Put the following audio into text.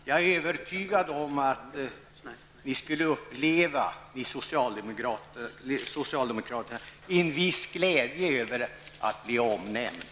Jag är övertygad om att socialdemokraterna skulle uppleva en viss glädje över omnämnandet.